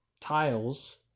tiles